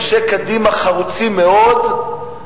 אנשי קדימה חרוצים מאוד,